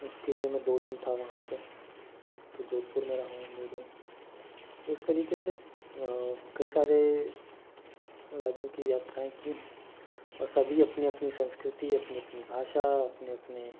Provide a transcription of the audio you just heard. उसके लिए मैं दो दिन था वहाँ पर तो जोधपुर में रहा हूँ दो दिन तो इस तरीके से कई सारे राज्यों की यात्राएँ की हैं और सभी अपनी अपनी संस्कृति अपनी अपनी भाषा अपनी अपनी